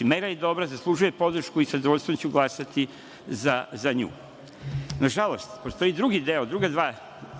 Mera je dobra. Zaslužuje podršku i sa zadovoljstvom ću glasati za nju. Na žalost, postoje druge dve tačke